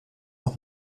noch